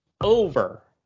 over –